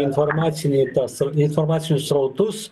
informacinį tą s informacinius srautus